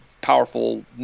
powerful